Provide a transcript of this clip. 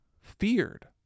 feared